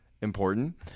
important